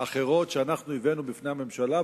אחרות שאנחנו הבאנו בפני הממשלה,